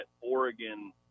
Oregon